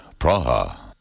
Praha